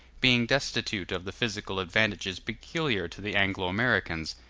being destitute of the physical advantages peculiar to the anglo-americans.